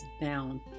down